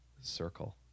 circle